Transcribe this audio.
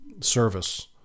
service